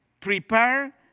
Prepare